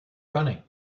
running